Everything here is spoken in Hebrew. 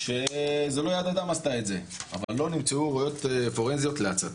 שזה לא יד אדם עשתה את זה אבל לא נמצאו ראיות פורנזיות להצתה.